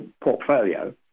portfolio